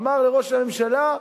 אמר לראש הממשלה: